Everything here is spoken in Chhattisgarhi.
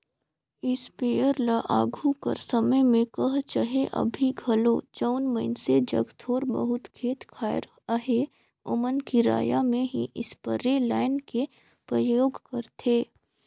इस्पेयर ल आघु कर समे में कह चहे अभीं घलो जउन मइनसे जग थोर बहुत खेत खाएर अहे ओमन किराया में ही इस्परे लाएन के उपयोग करथे